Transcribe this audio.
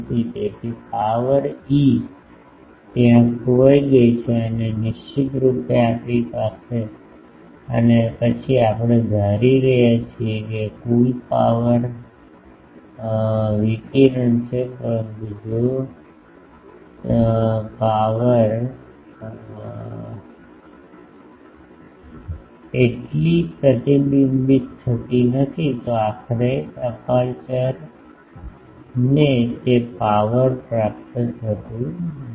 તેથી પાવર ત્યાં ખોવાઈ ગઈ છે અને નિશ્ચિતરૂપે પછી આપણે ધારી રહ્યા છીએ કે કુલ પાવર વિકિરણ છે પરંતુ જો તે પાવર એટલી પ્રતિબિંબિત થતી નથી તો આખરે અપેર્ચર ને તે પાવર પ્રાપ્ત થતી નથી